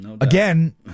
Again